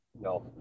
No